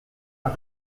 are